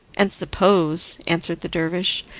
and suppose, answered the dervish,